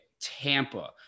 Tampa